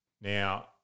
Now